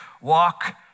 walk